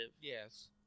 Yes